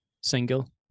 single